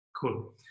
Cool